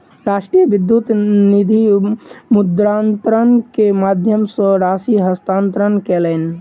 राष्ट्रीय विद्युत निधि मुद्रान्तरण के माध्यम सॅ ओ राशि हस्तांतरण कयलैन